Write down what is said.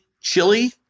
chili